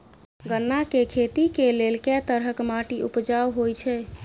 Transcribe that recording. गन्ना केँ खेती केँ लेल केँ तरहक माटि उपजाउ होइ छै?